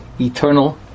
eternal